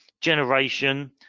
generation